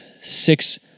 Six